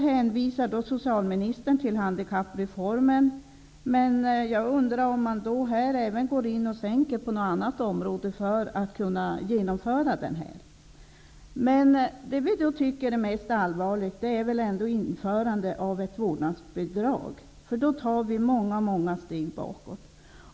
Nu hänvisar socialministern till handikappreformen. Men kommer ersättningen att sänkas på andra områden för att denna reform skall kunna genomföras? Vi tycker att det mest allvarliga är införandet av ett vårdnadsbidrag. Då tas det många steg bakåt.